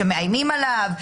שמאיימים עליו,